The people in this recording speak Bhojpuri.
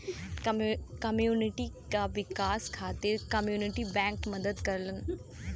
कम्युनिटी क विकास खातिर कम्युनिटी बैंक मदद करलन